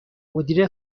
مدیر